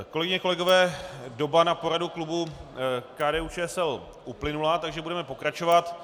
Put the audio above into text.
Kolegyně, kolegové, doba na poradu klubu KDUČSL uplynula, takže budeme pokračovat.